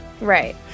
Right